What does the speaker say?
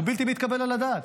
הוא בלתי מתקבל על הדעת,